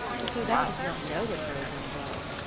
and so thou dost not know what grows in the world.